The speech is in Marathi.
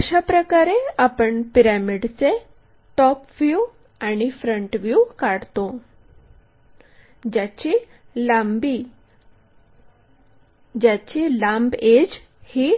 अशाप्रकारे आपण पिरॅमिडचे टॉप व्ह्यू आणि फ्रंट व्ह्यू काढतो ज्याची लांब एड्ज ही